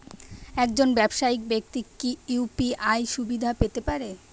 একজন ব্যাবসায়িক ব্যাক্তি কি ইউ.পি.আই সুবিধা পেতে পারে?